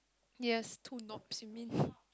yes two knobs you mean